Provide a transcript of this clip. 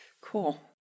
cool